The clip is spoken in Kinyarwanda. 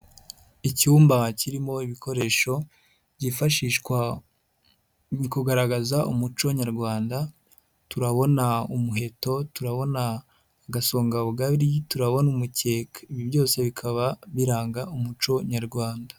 Icyumba kirimo ibikoresho byifashishwa mu kugaragaza umuco nyarwanda, turabona umuheto, turabona agasongabugari, turabona umukeke, ibi byose bikaba biranga umuco nyarwanda.